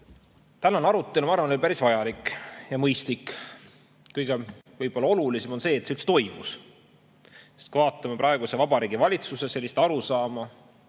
Tänane arutelu, ma arvan, on päris vajalik ja mõistlik. Kõige olulisem on see, et see üldse toimus. Sest kui vaatame praeguse Vabariigi Valitsuse sellist arusaama,